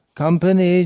company